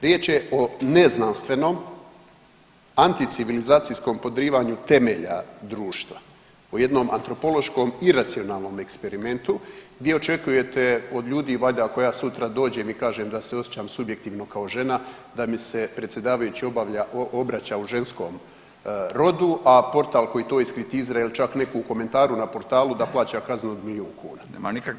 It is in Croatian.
Riječ je o neznanstvenom, anticivilizacijskom podrivanju temelja društva o jednom antropološkom iracionalnom eksperimentu gdje očekujete od ljudi valjda ako ja sutra dođem i kažem da se osjećam subjektivno kao žena da mi se predsjedavajući obraća u ženskom rodu, a portal koji to iskritizira ili čak neko u komentaru na portalu da plaća kaznu od milijun kuna.